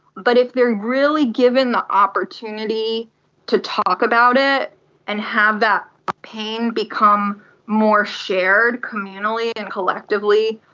but if they are really given the opportunity to talk about it and have that pain become more shared communally and collectively,